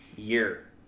year